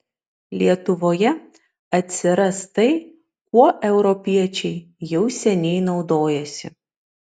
lietuvoje atsiras tai kuo europiečiai jau seniai naudojasi